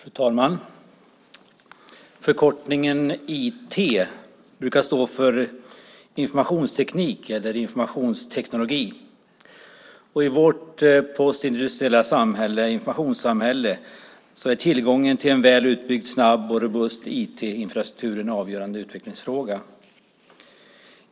Fru talman! Förkortningen IT brukar stå för informationsteknik eller informationsteknologi. I vårt postindustriella samhälle, informationssamhället, är tillgången till en väl utbyggd, snabb och robust IT-infrastruktur en avgörande utvecklingsfråga.